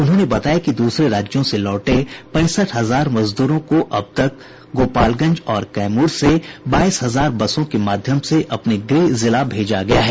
उन्होंने बताया कि दूसरे राज्यों से लौटे पैंसठ हजार मजदूरों को अब तक गोपालगंज और कैमूर से बाईस हजार बसों के माध्यम से अपने गृह जिला भेजा गया है